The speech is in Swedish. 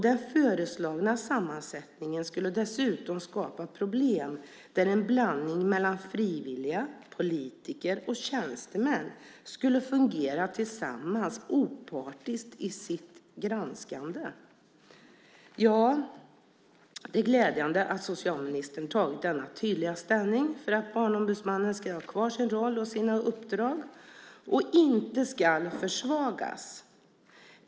Den föreslagna sammansättningen skulle dessutom skapa problem då en blandning mellan frivilliga, politiker och tjänstemän skulle fungera tillsammans, opartiskt i sitt granskande. Det är glädjande att socialministern har tagit denna tydliga ställning för att Barnombudsmannen ska ha kvar sin roll och sina uppdrag och inte ska försvagas.